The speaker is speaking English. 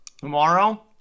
tomorrow